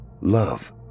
love